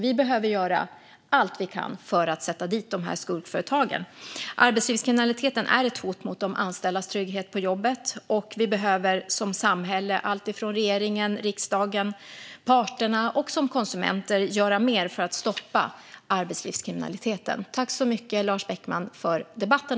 Vi behöver göra allt vi kan för att sätta dit de här skurkföretagen. Arbetslivskriminaliteten är ett hot mot de anställdas trygghet på jobbet. Vi behöver som samhälle, alltifrån regeringen, riksdagen och parterna och som konsumenter, göra mer för att stoppa arbetslivskriminaliteten. Tack så mycket, Lars Beckman, för debatten!